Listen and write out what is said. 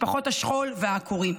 משפחות השכול והעקורים.